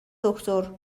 دکتر